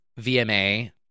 VMA